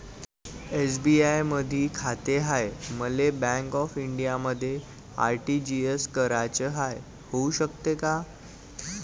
SBI मधी खाते हाय, मले बँक ऑफ इंडियामध्ये आर.टी.जी.एस कराच हाय, होऊ शकते का?